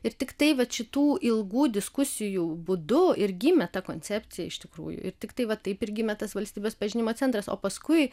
ir tiktai vat šitų ilgų diskusijų būdu ir gimė ta koncepcija iš tikrųjų ir tiktai va taip ir gimė tas valstybės pažinimo centras o paskui